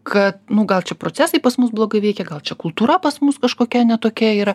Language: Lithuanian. kad nu gal čia procesai pas mus blogai veikia gal čia kultūra pas mus kažkokia ne tokia yra